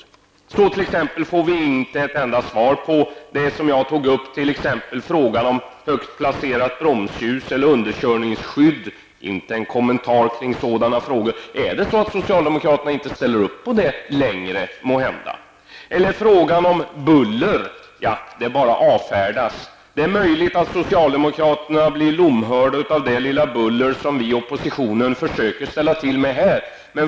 Vi får t.ex. inte ett enda svar på den fråga som jag tog upp om högt placerade bromsljus eller underkörningsskydd. Det har inte gjorts någon kommentar kring dessa frågor. Ställer socialdemokraterna inte längre upp på detta? Frågan om buller avfärdas också. Det är möjligt att socialdemokraterna blir lomhörda av det lilla buller som vi i oppositionen försöker åstadkomma här.